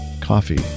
coffee